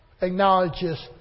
acknowledges